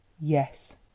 yes